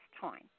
time